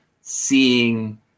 seeing